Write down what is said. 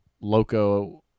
loco-